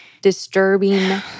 Disturbing